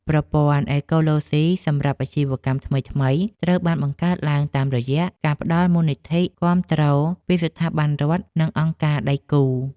ប្រព័ន្ធអេកូឡូស៊ីសម្រាប់អាជីវកម្មថ្មីៗត្រូវបានបង្កើតឡើងតាមរយៈការផ្តល់មូលនិធិគាំទ្រពីស្ថាប័នរដ្ឋ និងអង្គការដៃគូ។